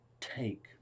take